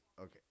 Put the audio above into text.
Okay